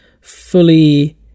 fully